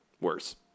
worse